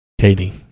Katie